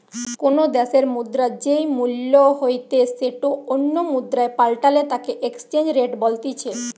কোনো দ্যাশের মুদ্রার যেই মূল্য হইতে সেটো অন্য মুদ্রায় পাল্টালে তাকে এক্সচেঞ্জ রেট বলতিছে